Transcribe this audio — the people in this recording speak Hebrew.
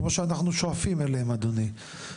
כמו שאנחנו שואפים אליהן אדוני,